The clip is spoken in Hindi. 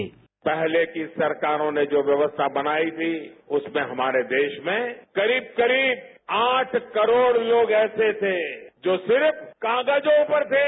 साउंड बाईट पहले की सरकारों ने जो व्यवस्था बनाई थी उसमें हमारे देश में करीब करीब आठ करोड़ लोग ऐसे थे जो सिर्फ कागजों पर थे